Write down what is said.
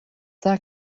that